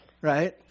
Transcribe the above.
right